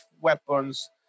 weapons